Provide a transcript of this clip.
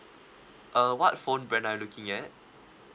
uh what phone brand are you looking at